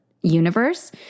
universe